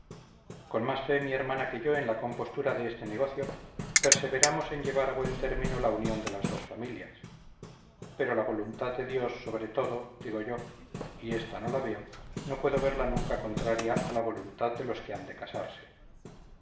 con más fe mi hermana que yo en la compostura de este negocio perseveramos en llevar a buen término la unión de las dos familias pero la voluntad de dios sobre todo digo yo y esta no la veo no puedo verla nunca contraria a la voluntad de los que han de casarse